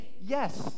yes